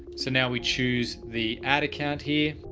so now we choose the ad account here.